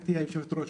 גברתי היושבת-ראש,